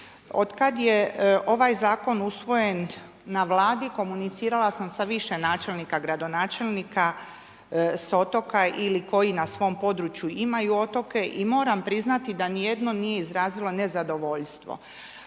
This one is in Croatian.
Otkad je ovaj zakon usvojen na Vladi komunicirala sam sa više načelnika, gradonačelnika sa otoka ili koji na svom području imaju otoke i moram priznati da ni jedno nije izrazilo nezadovoljstvo.